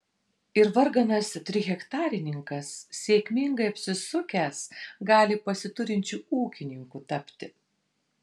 ir varganas trihektarininkas sėkmingai apsisukęs gali pasiturinčiu ūkininku tapti